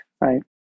right